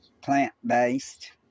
plant-based